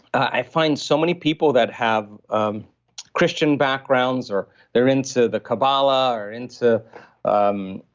i find so many people that have um christian backgrounds or they're into the kabbalah or into um